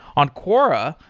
on quora,